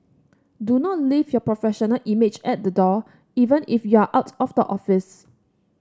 do not leave your professional image at the door even if you are out of the office